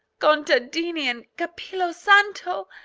contadini and capello santo.